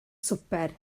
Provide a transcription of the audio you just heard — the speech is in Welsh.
swper